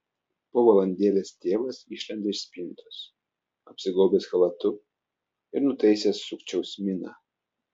po valandėlės tėvas išlenda iš spintos apsigaubęs chalatu ir nutaisęs sukčiaus miną